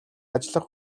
ажиллах